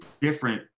different